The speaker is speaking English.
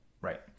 Right